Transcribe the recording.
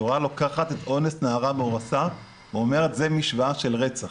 התורה לוקחת את אונס נערה מאורסה ואומרת זו משווה של רצח.